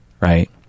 right